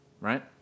right